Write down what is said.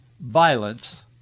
violence